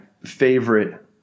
favorite